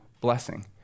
blessing